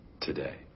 today